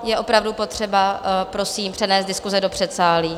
Je opravdu potřeba prosím přenést diskuse do předsálí.